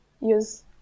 use